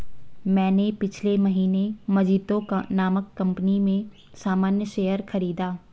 मैंने पिछले महीने मजीतो नामक कंपनी में सामान्य शेयर खरीदा